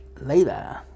later